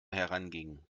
herangingen